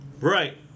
Right